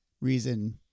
reason